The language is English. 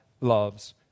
loves